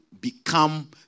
become